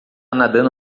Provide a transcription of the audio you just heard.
nadando